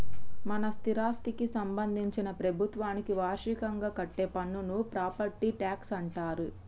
మన స్థిరాస్థికి సంబందించిన ప్రభుత్వానికి వార్షికంగా కట్టే పన్నును ప్రాపట్టి ట్యాక్స్ అంటారే